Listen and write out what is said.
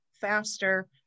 faster